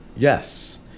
Yes